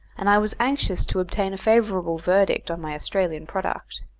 and i was anxious to obtain a favourable verdict on my australian product.